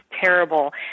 terrible